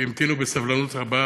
שהמתינו בסבלנות רבה,